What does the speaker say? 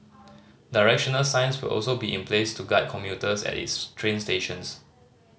directional signs will also be in place to guide commuters at its train stations